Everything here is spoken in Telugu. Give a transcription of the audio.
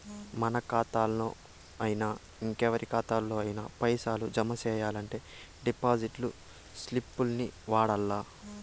మన కాతాల్లోనయినా, ఇంకెవరి కాతాల్లోనయినా పైసలు జమ సెయ్యాలంటే డిపాజిట్ స్లిప్పుల్ని వాడల్ల